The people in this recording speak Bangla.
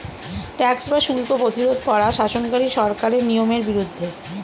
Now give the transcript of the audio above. ট্যাক্স বা শুল্ক প্রতিরোধ করা শাসনকারী সরকারের নিয়মের বিরুদ্ধে